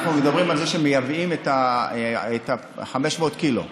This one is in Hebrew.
אנחנו מדברים על זה שמייבאים את ה-500 קילו,